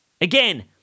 Again